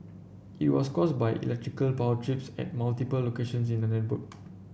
it was caused by electrical power trips at multiple locations in the network